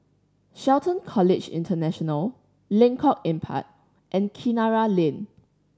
Shelton College International Lengkok Empat and Kinara Lane